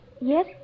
Yes